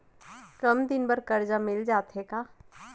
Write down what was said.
कम दिन बर करजा मिलिस जाथे का?